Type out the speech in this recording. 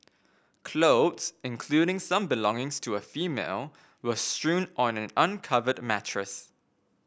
clothes including some belongings to a female were strewn on an uncovered mattress